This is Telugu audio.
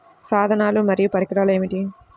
సాధనాలు మరియు పరికరాలు ఏమిటీ?